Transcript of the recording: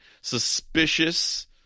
suspicious